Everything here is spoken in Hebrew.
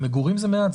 במגורים זה מעט.